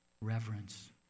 reverence